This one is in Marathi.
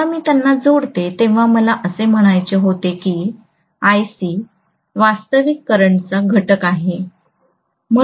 जेव्हा मी त्यांना जोडते तेव्हा मला असे म्हणायचे होते की IC वास्तविक करंटचा घटक आहे